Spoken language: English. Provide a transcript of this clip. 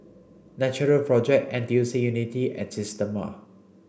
Natural project N T U C Unity and Systema